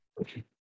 Okay